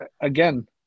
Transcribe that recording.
again